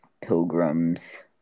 Pilgrims